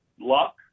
luck